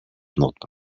not